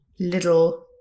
little